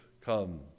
come